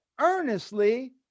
earnestly